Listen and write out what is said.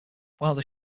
wilder